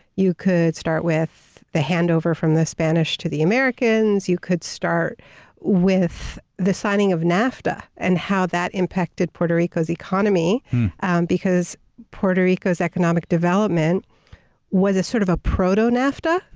you could start with the handover from the spanish to the americans. you could start with the signing of nafta and how that impacted puerto rico's economy economy and because puerto rico's economic development was a sort of a proto-nafta.